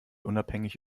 unabhängig